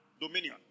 Dominion